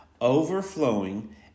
overflowing